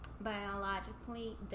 biologically